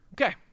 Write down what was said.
Okay